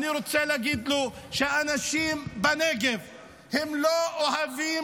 אני רוצה להגיד לו שהאנשים בנגב לא אוהבים